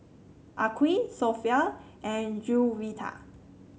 Aqil Sofea and Juwita